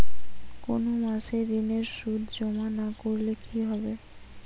কোনো মাসে ঋণের সুদ জমা না করলে কি হবে?